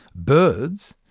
birds,